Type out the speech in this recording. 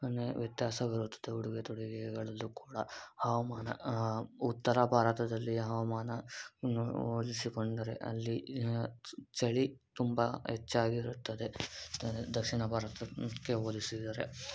ನೆ ವ್ಯತ್ಯಾಸವಿರುತ್ತದೆ ಉಡುಗೆ ತೊಡುಗೆಗಳಲ್ಲೂ ಕೂಡ ಹವಾಮಾನ ಉತ್ತರ ಭಾರತದಲ್ಲಿ ಹವಾಮಾನ ಹೋಲಿಸಿಕೊಂಡರೆ ಅಲ್ಲಿ ಚಳಿ ತುಂಬ ಹೆಚ್ಚಾಗಿರುತ್ತದೆ ದಕ್ಷಿಣ ಭಾರತಕ್ಕೆ ಹೋಲಿಸಿದರೆ